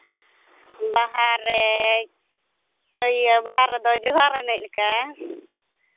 ᱵᱟᱦᱟ ᱨᱮ ᱵᱟᱦᱟ ᱨᱮᱫᱚ ᱡᱚᱦᱟᱨ ᱮᱱᱮᱡ ᱞᱮᱠᱟ